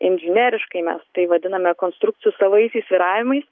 inžineriškai mes tai vadiname konstrukcijų savaisiais svyravimais